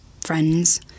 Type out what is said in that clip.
friends